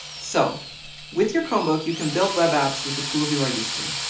so with your chromebook, you can build web apps with the tools you are used to,